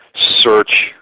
search